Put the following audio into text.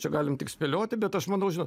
čia galim tik spėlioti bet aš manau žinot